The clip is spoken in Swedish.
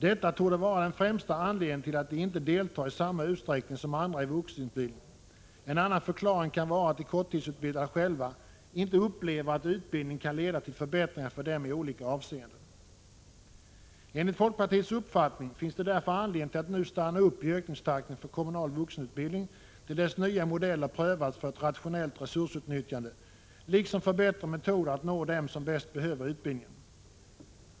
Detta torde vara den främsta anledningen till att de inte deltar i samma utsträckning som andra i vuxenutbildning. En annan förklaring kan vara att de korttidsutbildade själva inte upplever att utbildning kan leda till förbättringar för dem i olika avseenden. Enligt folkpartiets uppfattning finns det därför anledning att nu stanna upp i ökningstakten för kommunal vuxenutbildning till dess nya ”modeller” prövats för ett rationellt resursutnyttjande liksom för bättre metoder att nå dem som bäst behöver utbildningen.